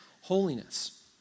holiness